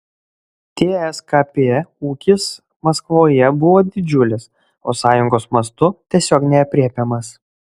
tskp ūkis maskvoje buvo didžiulis o sąjungos mastu tiesiog neaprėpiamas